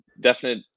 definite